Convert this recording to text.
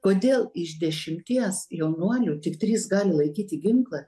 kodėl iš dešimties jaunuolių tik trys gali laikyti ginklą